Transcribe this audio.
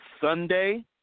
Sunday